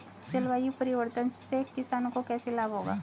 जलवायु परिवर्तन से किसानों को कैसे लाभ होगा?